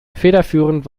federführend